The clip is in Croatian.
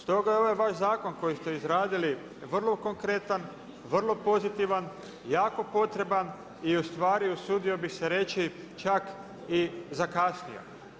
Stoga je ovaj vaš zakon koji ste izradili vrlo konkretan, vrlo pozitivan, jako potreban i usudio bih se reći čak i zakasnio.